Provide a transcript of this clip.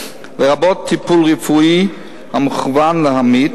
לרבות טיפול רפואי המכוון להמית,